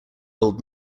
old